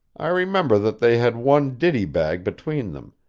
i remember that they had one ditty bag between them,